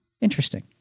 Interesting